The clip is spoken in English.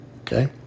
Okay